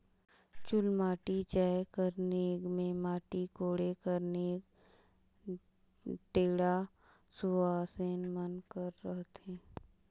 चुलमाटी जाए कर नेग मे माटी कोड़े कर नेग ढेढ़ा सुवासेन मन कर रहथे